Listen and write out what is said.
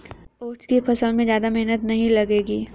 oats की फसल में ज्यादा मेहनत नहीं लगेगी